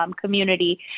community